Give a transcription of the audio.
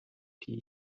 tea